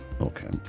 Okay